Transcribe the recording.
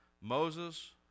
Moses